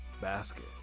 basket